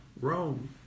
Rome